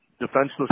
defenseless